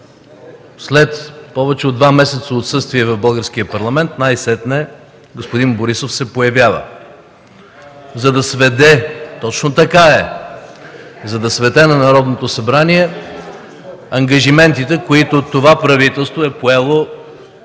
След повече от два месеца отсъствие в Българския парламент най-сетне господин Борисов се появява... (Възгласи: „Е-е-е!” от ГЕРБ.) Точно така е! За да сведе на Народното събрание ангажиментите, които това правителство е поело